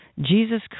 Jesus